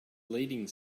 leading